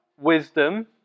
wisdom